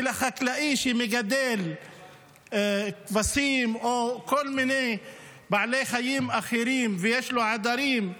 שלחקלאי שמגדל כבשים או כל מיני בעלי חיים אחרים ויש לו עדרים,